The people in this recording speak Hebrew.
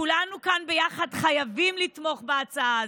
כולנו כאן ביחד חייבים לתמוך בהצעה הזו.